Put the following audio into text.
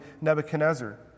Nebuchadnezzar